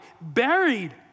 buried